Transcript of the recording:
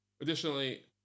Additionally